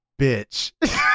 bitch